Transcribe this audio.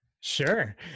sure